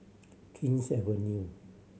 King's Avenue